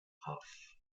half